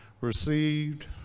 received